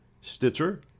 Stitcher